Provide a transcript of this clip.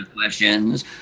questions